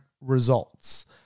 results